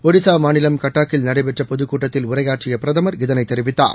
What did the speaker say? ஒடிசா மாநிலம் கட்டாக்கில் நடைபெற்ற பொதுக்கூட்டத்தில் உரையாற்றிய பிரதமர் இதளை தெரிவித்தார்